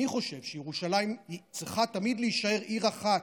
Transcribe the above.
אני חושב, שירושלים צריכה תמיד להישאר עיר אחת,